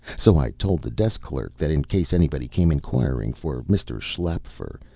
so i told the desk clerk that in case anybody came inquiring for mr. schlaepfer,